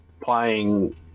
playing